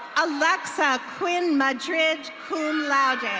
alexa quinn madrid, cum laude.